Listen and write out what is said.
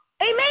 Amen